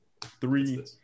three